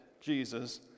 Jesus